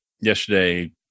yesterday